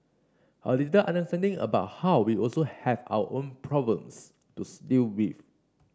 a little understanding about how we also have our own problems to still with